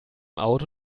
auto